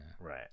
Right